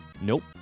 Nope